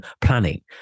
planning